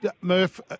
Murph